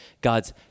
God's